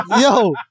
Yo